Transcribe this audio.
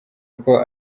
uko